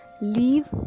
leave